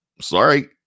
sorry